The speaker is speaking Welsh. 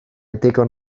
digon